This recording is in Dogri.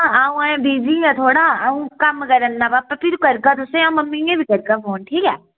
आ'ऊं अजें बिजी हा थोह्ड़ा आ'ऊं कम्म करै ना पापा फ्ही करगा फोन तुसें मम्मी गी बी करगा फोन ठीक ऐ